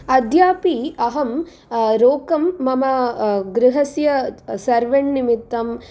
अद्यापि अहं रोकं मम गृहस्य सर्वण् निमित्तं